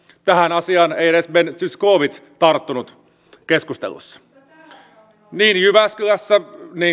tähän asiaan ei edes ben zyskowicz tarttunut keskustelussa niin jyväskylässä